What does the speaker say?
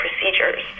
procedures